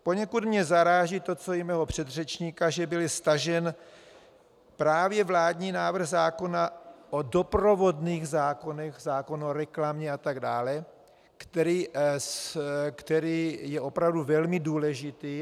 Poněkud mě zaráží to, co i mého předřečníka, že byl stažen právě vládní návrh zákona o doprovodných zákonech, zákon o reklamě atd., který je opravdu velmi důležitý.